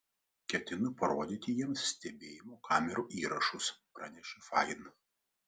ketinu parodyti jiems stebėjimo kamerų įrašus pranešė fain